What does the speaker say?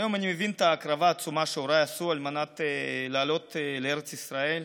היום אני מבין את ההקרבה העצומה שהוריי עשו על מנת לעלות לארץ ישראל,